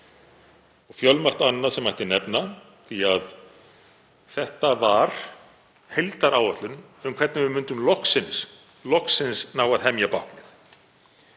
Fjölmargt annað mætti nefna því að þetta var heildaráætlun um hvernig við myndum loksins ná að hemja báknið.